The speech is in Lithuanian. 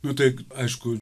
nu taip aišku